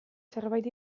zerbait